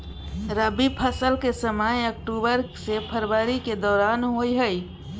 रबी फसल के समय अक्टूबर से फरवरी के दौरान होय हय